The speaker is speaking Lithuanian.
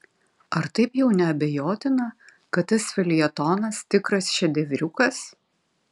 ar taip jau neabejotina kad tas feljetonas tikras šedevriukas